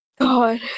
God